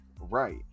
Right